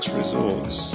resorts